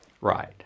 Right